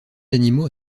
animaux